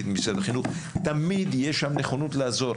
את משרד החינוך תמיד יש שם נכונות לעזור,